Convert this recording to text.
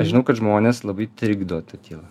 aš žinau kad žmones labai trikdo ta tyla